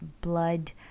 blood